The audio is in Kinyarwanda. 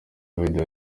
video